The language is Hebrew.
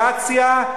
פרובוקציה,